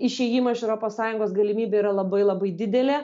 išėjimo iš europos sąjungos galimybė yra labai labai didelė